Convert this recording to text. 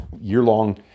year-long